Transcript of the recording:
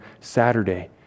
Saturday